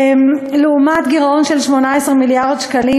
לעומת גירעון של 18 מיליארד שקלים,